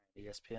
ESPN